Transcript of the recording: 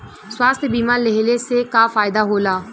स्वास्थ्य बीमा लेहले से का फायदा होला?